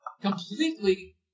completely